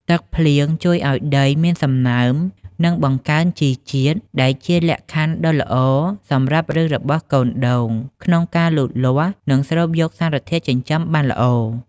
ទឹកភ្លៀងជួយឲ្យដីមានសំណើម និងបង្កើនជីជាតិ ដែលជាលក្ខខណ្ឌដ៏ល្អសម្រាប់ឫសរបស់កូនដូងក្នុងការលូតលាស់ និងស្រូបយកសារធាតុចិញ្ចឹមបានល្អ។